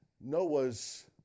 Noah's